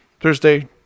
Thursday